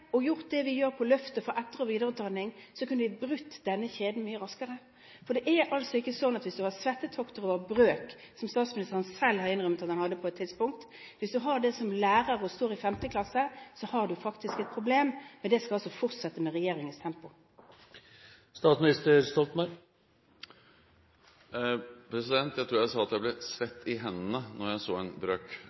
og gjort det vi gjør med løftet for etter- og videreutdanning, kunne vi brutt denne kjeden mye raskere. For det er sånn at hvis du har svettetokter over brøk – som statsministeren selv har innrømmet at han hadde på et tidspunkt – og står som lærer i en 5.-klasse, så har du faktisk et problem. Dette skal altså fortsette med regjeringens tempo. Jeg tror jeg sa at jeg ble svett i hendene når jeg så en brøk,